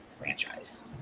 franchise